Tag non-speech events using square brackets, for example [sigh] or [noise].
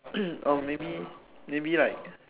[coughs] or maybe maybe like